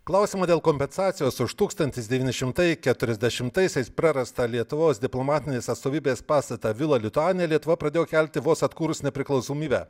klausiama dėl kompensacijos už tūkstantis devyni šimtai keturiasdešimtaisiais prarastą lietuvos diplomatinės atstovybės pastatą vila lituanija lietuva pradėjo kelti vos atkūrus nepriklausomybę